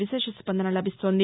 విశేషన్పందన లభిస్తోంది